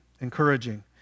encouraging